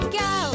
go